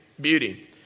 Beauty